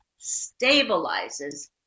stabilizes